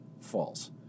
false